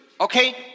okay